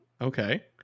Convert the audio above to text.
okay